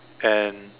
and